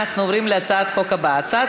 אנחנו עוברים להצעת החוק הבאה: הצעת